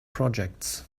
projects